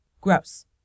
Gross